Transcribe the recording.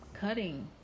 cutting